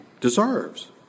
deserves